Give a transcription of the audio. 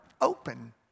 open